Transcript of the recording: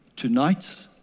Tonight